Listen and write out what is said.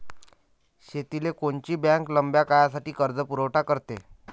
शेतीले कोनची बँक लंब्या काळासाठी कर्जपुरवठा करते?